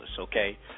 okay